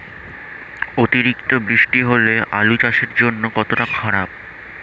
অতিরিক্ত বৃষ্টি হলে আলু চাষের জন্য কতটা খারাপ?